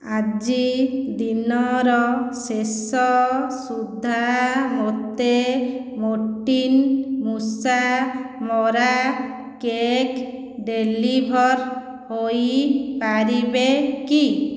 ଆଜି ଦିନର ଶେଷ ସୁଦ୍ଧା ମୋତେ ମୋର୍ଟିନ୍ ମୂଷା ମରା କେକ୍ ଡେଲିଭର୍ ହୋଇ ପାରିବେ କି